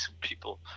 people